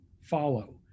follow